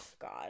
God